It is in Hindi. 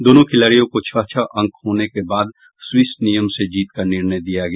दोनों खिलाड़ियों के छह छह अंक होने के बाद स्विस नियम से जीत का निर्णय दिया गया